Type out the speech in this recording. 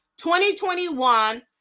2021